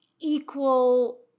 equal-